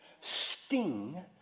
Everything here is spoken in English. sting